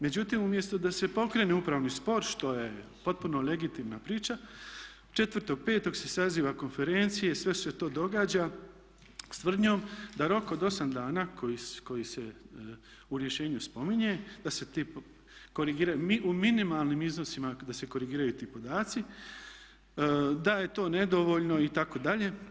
Međutim, umjesto da se pokrene upravni spor, što je potpuno legitimna priča, 4.5. se sazivaju konferencije, sve se to događa sa tvrdnjom da rok od 8 dana koji se u rješenju spominje da se ti korigiraju, u minimalnim iznosima da se korigiraju ti podaci, da je to nedovoljno itd.